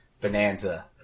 bonanza